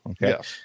Yes